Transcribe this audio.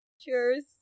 cheers